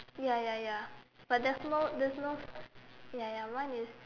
ya ya ya but there's no there's no ya ya mine is